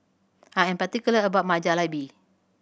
I am particular about my Jalebi